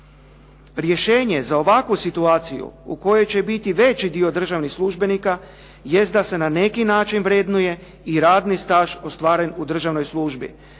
Rješenje za ovakvu situaciju u kojoj će biti veći dio državnih službenika jest da se na neki način vrednuje i radni staž ostvaren u državnoj službi.